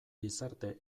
gizarte